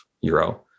Euro